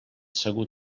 segur